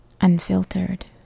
unfiltered